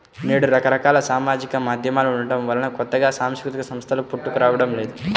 నేడు రకరకాల సామాజిక మాధ్యమాలు ఉండటం వలన కొత్తగా సాంస్కృతిక సంస్థలు పుట్టుకురావడం లేదు